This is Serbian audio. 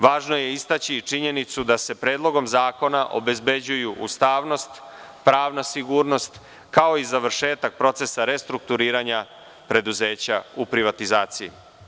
Važno je istaći činjenicu da se Predlogom zakona obezbeđuju ustavnost, pravna sigurnost, kao i završetak procesa restrukturiranja preduzeća u privatizaciji.